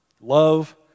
Love